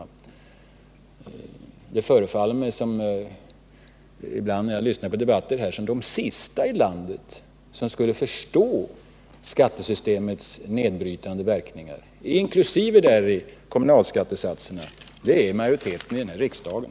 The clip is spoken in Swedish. Ibland när jag lyssnar på debatter här i kammaren får jag intrycket att de som sist av alla här i landet kommer att förstå skattesystemets nedbrytande verkningar — och jag inkluderar här kommunalskattesatserna — är en stor majoritet här i riksdagen.